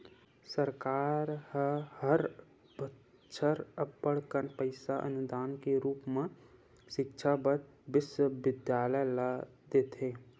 सरकार ह हर बछर अब्बड़ कन पइसा अनुदान के रुप म सिक्छा बर बिस्वबिद्यालय ल देथे